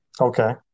Okay